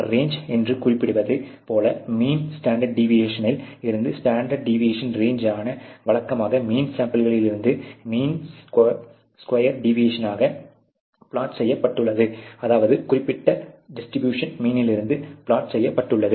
range என்று குறிப்பிடுவது போல மீன் ஸ்டாண்டர்ட் டிவியேஷனில் இருந்து டிவியேஷன் ரேஞ்சு ஆனது வழக்கமாக மீன் சாம்பிள்களிலிருந்து மீன் ஸ்கோயர் டிவியேஷனாக பிளாட் செய்யப்பட்டுள்ளது அதாவது குறிப்பிட்ட டிஸ்ட்ரிபியூஷன் மீனிலிருந்து பிளாட் செய்யப்பட்டுள்ளது